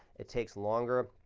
it takes longer.